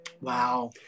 Wow